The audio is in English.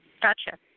Gotcha